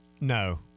No